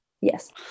yes